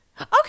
okay